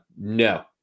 No